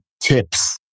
tips